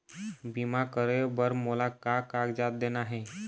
बीमा करे बर मोला का कागजात देना हे?